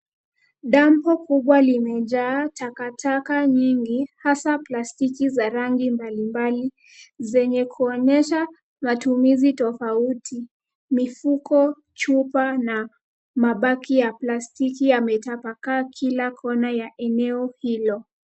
Dampo kubwa limejaa takataka nyingi hasa plastiki za rangi mbali mbali zenye kuonyesha matumizi tofauti. Mifuko, chupa na mabaki ya plastiki yametapakaa kila kona ya eneo hilo.